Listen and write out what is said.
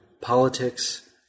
politics